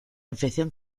infección